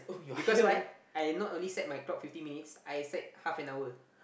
because why I not only set my clock fifty minutes I set half an hour